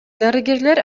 дарыгерлер